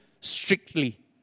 strictly